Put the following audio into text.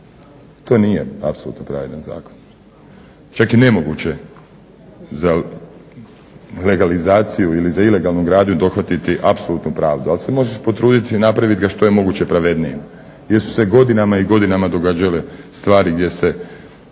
to nije apsolutno pravedan zakon. Čak i nemoguće za legalizaciju ili za ilegalnu gradnju dohvatiti apsolutnu pravdu, ali se možeš potruditi napravit ga što je moguće pravednijim, gdje su se godinama i godinama događale stvari gdje se,